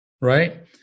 right